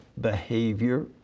behavior